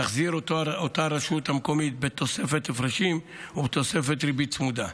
תחזיר אותו הרשות המקומית בתוספת הפרשים ובתוספת ריבית צמודה.